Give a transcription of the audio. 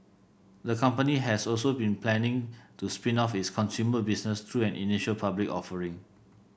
the company has also been planning to spin off its consumer business through an initial public offering